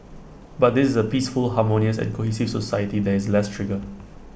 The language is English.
but this is A peaceful harmonious and cohesive society there is less trigger